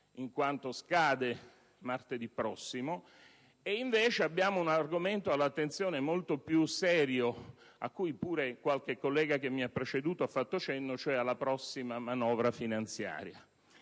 giornata di martedì prossimo. Al contrario, abbiamo un argomento all'attenzione molto più serio, a cui pure qualche collega che mi ha preceduto ha fatto cenno, ossia la prossima manovra finanziaria.